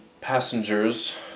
passengers